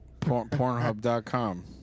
pornhub.com